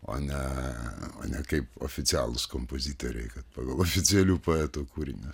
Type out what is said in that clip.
o ne o ne kaip oficialūs kompozitoriai kad pagal oficialių poetų kūrinius